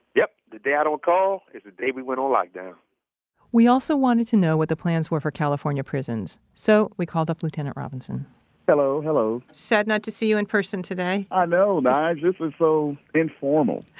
yup. the day i don't call, is the day we went on lockdown we also wanted to know what the plans were for california prisons. so we called up lieutenant robinson hello. hello sad not to see you in person today i know, nige. this was so informal.